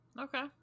Okay